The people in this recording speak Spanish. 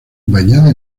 bañada